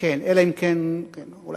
אם הוא בריא, אין בעיה.